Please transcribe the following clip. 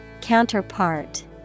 Counterpart